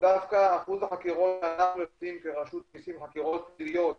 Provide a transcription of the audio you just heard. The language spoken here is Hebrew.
דווקא אחוז החקירות שאנחנו מבצעים כרשות מסים חקירות פליליות